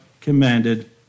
commanded